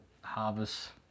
harvest